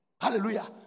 Hallelujah